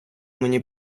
мені